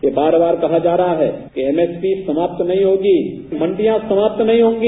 यह बार बार कहा जा रहा है कि एमएसपी समाप्त नहीं होगी मंडिया समाप्त नहीं होगी